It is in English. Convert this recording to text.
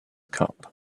cup